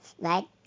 right